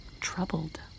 Troubled